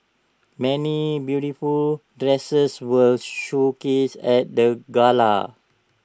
many beautiful dresses were showcased at the gala